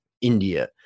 India